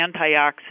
antioxidant